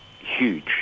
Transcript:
huge